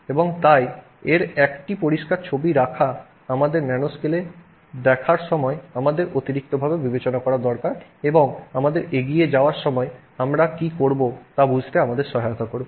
এবং তাই এর একটি পরিষ্কার ছবি রাখা আমাদের ন্যানোস্কেলে দেখার সময় আমাদের অতিরিক্তভাবে বিবেচনা করা দরকার এবং আমাদের এগিয়ে যাওয়ার সময় আমরা কী করব তা বুঝতে আমাদের সহায়তা করবে